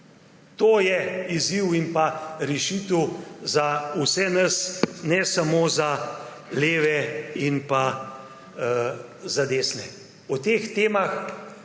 To je izziv in pa rešitev za vse nas, ne samo za leve in za desne.